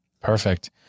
Perfect